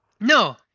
No